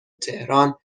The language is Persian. تهران